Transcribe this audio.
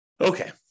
Okay